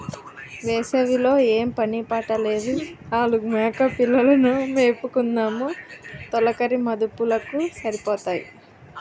వేసవి లో ఏం పని పాట లేదు నాలుగు మేకపిల్లలు ను మేపుకుందుము తొలకరి మదుపులకు సరిపోతాయి